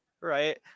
right